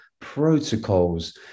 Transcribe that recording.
protocols